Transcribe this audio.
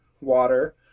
water